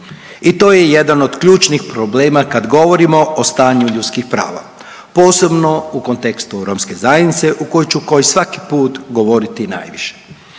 i to je jedan od ključnih problema kad govorimo o stanju ljudskih prava, posebno u kontekstu romske zajednice u kojoj ću kao i svaki put govoriti najviše.